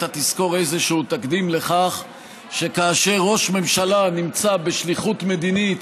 אתה תזכור איזשהו תקדים לכך שכאשר ראש ממשלה נמצא בשליחות מדינית